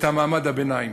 את מעמד הביניים.